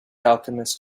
alchemist